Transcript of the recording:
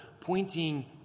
pointing